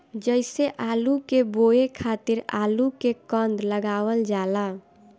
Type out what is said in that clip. जइसे आलू के बोए खातिर आलू के कंद लगावल जाला